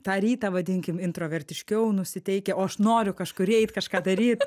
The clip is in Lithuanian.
tą rytą vadinkim intravertiškiau nusiteikę o aš noriu kažkur eit kažką daryt